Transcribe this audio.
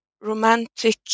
romantic